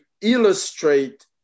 illustrate